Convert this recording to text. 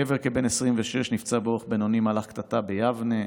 גבר כבן 26 נפצע באורח בינוני במהלך קטטה ביבנה,